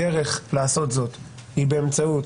הדרך לעשות זאת היא באמצעות